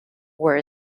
were